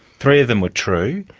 three of them were true,